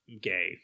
gay